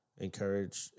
encourage